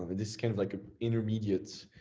this is kind of like an intermediate,